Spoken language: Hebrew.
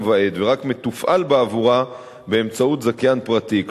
ועד ורק מתופעל בעבורה באמצעות זכיין פרטי.